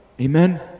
Amen